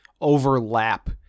overlap